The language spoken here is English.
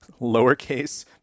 lowercase